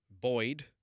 Boyd